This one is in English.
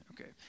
okay